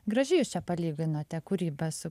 gražiai jūs čia palyginote kūrybą su